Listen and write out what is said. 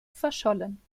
verschollen